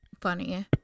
Funny